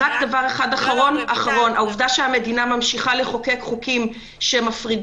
דבר אחרון העובדה שהמדינה ממשיכה לחוקק חוקים שממשיכים להפריד